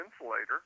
insulator